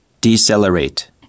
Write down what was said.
Decelerate